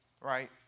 right